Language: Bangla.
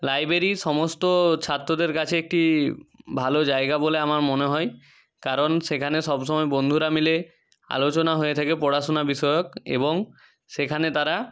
লাইব্ৰেরি সমস্ত ছাত্রদের কাছে একটি ভালো জায়গা বলে আমার মনে হয় কারণ সেখানে সব সময় বন্ধুরা মিলে আলোচনা হয়ে থাকে পড়াশোনা বিষয়ক এবং সেখানে তারা